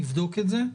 נבדוק את זה.